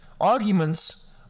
Arguments